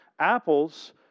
Apples